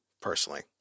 personally